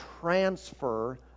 transfer